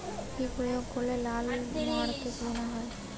কি প্রয়োগ করলে লাল মাকড়ের বিনাশ হবে?